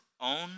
own